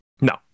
No